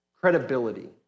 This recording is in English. credibility